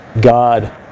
God